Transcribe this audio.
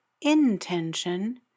intention